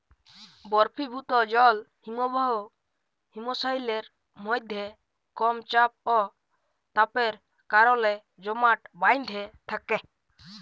বরফিভুত জল হিমবাহ হিমশৈলের মইধ্যে কম চাপ অ তাপের কারলে জমাট বাঁইধ্যে থ্যাকে